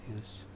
yes